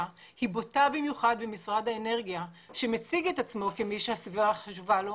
היא בוטה במיוחד במשרד האנרגיה שמציג את עצמו כמי שהסביבה חשובה לו.